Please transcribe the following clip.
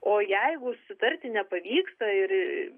o jeigu susitarti nepavyksta ir